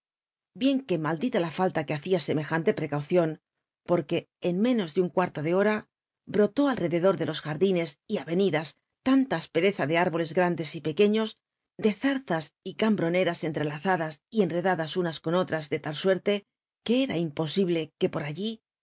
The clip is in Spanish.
llien que maldita la falla r ne hacia semejante prccaucion porque en ménos de un cuarto de hora brutó al r cll'dor ele los jardine y avenidas tanta a pcreza de ilrbole racules y pcc t ciíos de zarzas l cambroncras entrelazada y enreciadas unas con otras de tal suerte que era imposi ble que por allí